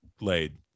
laid